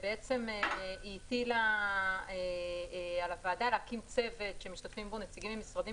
והיא הטילה על הוועדה להקים צוות שמשתתפים בו נציגים ממשרדים